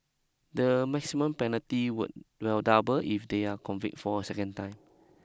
the maximum penalty would will double if they are convict for a second time